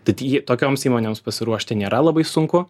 tad jį tokioms įmonėms pasiruošti nėra labai sunku